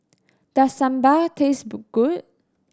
does Sambar taste good